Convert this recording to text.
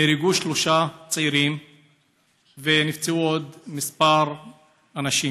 נהרגו שלושה צעירים ונפצעו כמה אנשים.